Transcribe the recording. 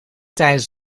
tijdens